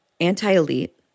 anti-elite